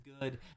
good